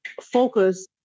focus